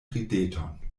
rideton